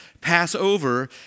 Passover